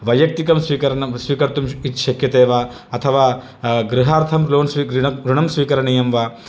वैयक्तिकं स्वीकरणं स्वीकर्तुं शक्यते वा अथवा गृहार्थं लोन् स्वी ऋणं स्वीकरणीयं वा